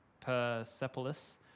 Persepolis